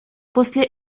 после